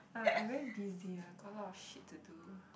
uh I very busy ah got a lot of shit to do